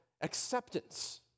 acceptance